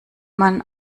man